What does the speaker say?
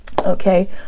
Okay